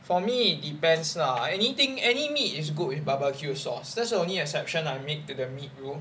for me it depends lah anything any meat is good with barbecue sauce there's the only exception I make to the meat rule